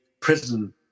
prison